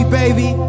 baby